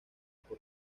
por